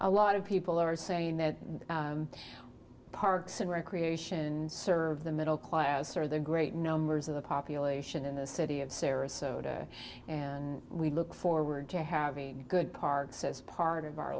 a lot of people are saying that parks and recreation serve the middle class or the great numbers of the population in the city of sarasota and we look forward to having a good car says part of our